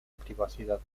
privacidad